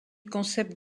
concept